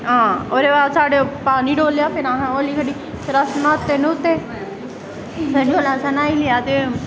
ओह्दे बाद साढ़े उप्पर पानी डोह्लेआ ओह्दे बाद असैं होली खेढी फिर अस न्हाते न्हूते